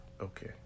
Okay